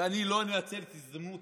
ואני לא אנצל את ההזדמנות